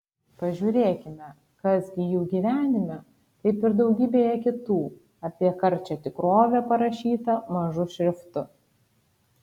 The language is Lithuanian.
pažiūrėkime kas gi jų gyvenime kaip ir daugybėje kitų apie karčią tikrovę parašyta mažu šriftu